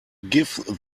give